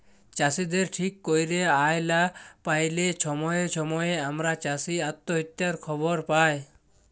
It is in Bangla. চাষীদের ঠিক ক্যইরে আয় লা প্যাইলে ছময়ে ছময়ে আমরা চাষী অত্যহত্যার খবর পায়